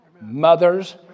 mothers